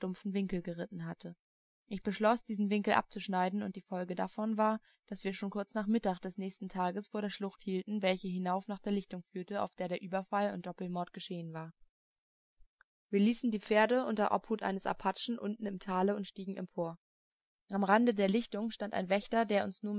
winkel geritten hatte ich beschloß diesen winkel abzuschneiden und die folge davon war daß wir schon kurz nach mittag des nächsten tages vor der schlucht hielten welche hinauf nach der lichtung führte auf der der ueberfall und doppelmord geschehen war wir ließen die pferde unter der obhut eines apachen unten im tale und stiegen empor am rande der lichtung stand ein wächter der uns